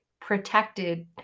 protected